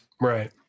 right